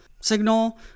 signal